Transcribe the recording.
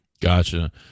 Gotcha